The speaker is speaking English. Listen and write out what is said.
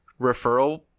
referral